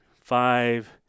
five